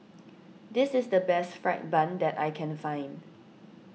this is the best Fried Bun that I can find